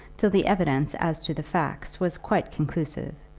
till the evidence as to the facts was quite conclusive,